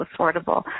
affordable